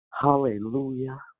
Hallelujah